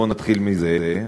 בואו נתחיל מזה.